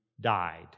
died